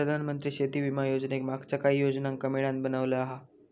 प्रधानमंत्री शेती विमा योजनेक मागच्या काहि योजनांका मिळान बनवला हा